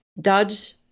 Dodge